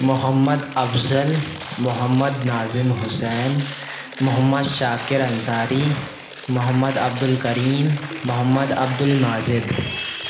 Muhammad Afzal Muhammad Nazim Hussain Muhammad Shakir Ansari Muhammad Abdul Karim Muhammad Abdul Majid